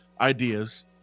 ideas